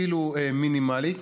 אפילו מינימלית,